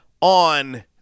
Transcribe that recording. on